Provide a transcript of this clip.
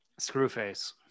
Screwface